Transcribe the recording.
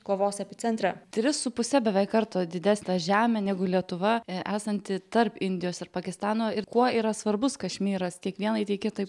kovos epicentre tris su puse beveik karto didesnė žemė negu lietuva esanti tarp indijos ir pakistano ir kuo yra svarbus kašmyras tiek vienai tiek kitai pusei